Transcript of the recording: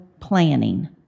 planning